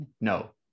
no